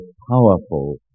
powerful